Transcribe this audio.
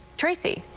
tracie?